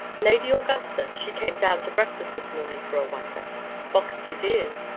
lady augusta she came down to breakfast this morning, for a wonder boxed his ears,